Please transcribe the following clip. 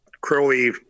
Crowley